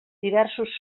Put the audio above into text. diversos